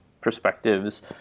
perspectives